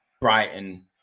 Brighton